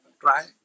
Try